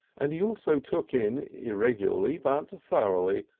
and he also took in, irregularly but thoroughly,